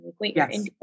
Yes